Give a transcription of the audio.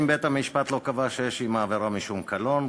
אם בית-המשפט לא קבע שיש עם העבירה משום קלון,